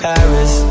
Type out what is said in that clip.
Paris